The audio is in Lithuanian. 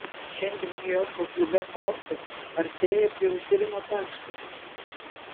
šiandien niujorko klube chaosas artėja prie užvirimo taško